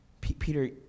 Peter